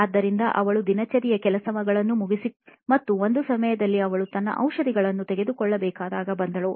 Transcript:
ಆದ್ದರಿಂದ ಅವಳು ದಿನಚರಿಯ ಕೆಲಸಗಳನ್ನು ಮುಗಿಸಿ ಮತ್ತು ಒಂದು ಸಮಯದಲ್ಲಿ ಅವಳು ತನ್ನ ಔಷಧಿಗಳನ್ನು ತೆಗೆದುಕೊಳ್ಳಬೇಕಾದಾಗ ಬಂದಳು